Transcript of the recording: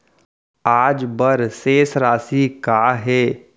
आज बर शेष राशि का हे?